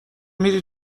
میری